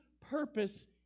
purpose